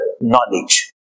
knowledge